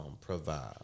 provide